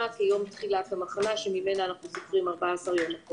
כיום תחילת המחלה שממנו אנחנו סופרים 14 יום.